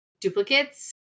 duplicates